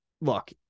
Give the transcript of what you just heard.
look